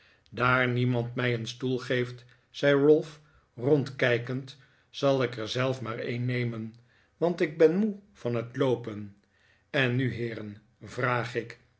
daar niemand mij een stoel geeft zei ralph rondkijkend zal ik er zelf maar een nemen want ik ben moe van het loopen en nu heeren vraag ik